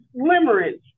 limerence